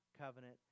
covenant